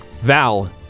Val